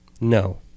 No